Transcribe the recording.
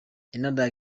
another